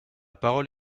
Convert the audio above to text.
parole